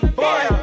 boy